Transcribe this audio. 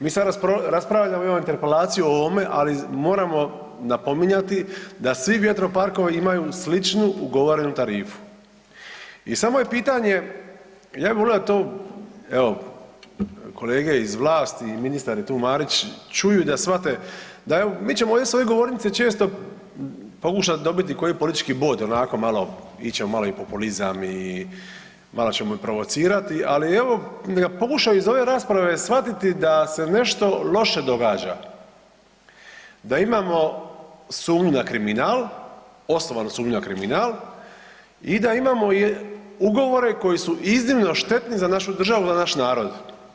Mi sad raspravljamo, imamo Interpelaciju o ovome, ali moramo napominjati da svi vjetroparkovi imaju sličnu ugovorenu tarifu i samo je pitanje ja bih volio da to, evo kolege iz vlasti i ministar je tu Marić čuju da shvate, mi ćemo ovdje sa ove govornice često pokušat dobiti koji politički bod ovako malo, ići ćemo malo i populizam i malo ćemo i provocirati ali evo pokušao bi iz ove rasprave shvatiti da se nešto loše događa, da imamo sumnju na kriminal, osnovanu sumnju na kriminal i da imamo ugovore koji su iznimno štetni za našu državu, za naš narod.